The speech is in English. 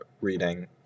reading